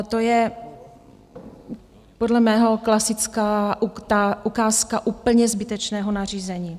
To je podle mého klasická ukázka úplně zbytečného nařízení.